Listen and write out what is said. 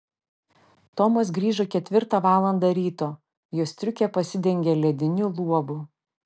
tomas grįžo ketvirtą valandą ryto jo striukė pasidengė lediniu luobu